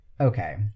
Okay